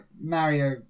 Mario